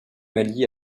mali